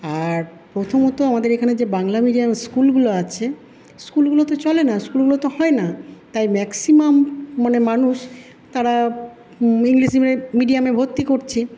আর প্রথমত আমাদের এখানে যে বাংলা মিডিয়াম স্কুলগুলো আছে স্কুলগুলোতো চলেনা স্কুলগুলোতো হয়না তাই ম্যাক্সিমাম মানে মানুষ তারা ইংলিশ মিডিয়ামে ভর্তি করছে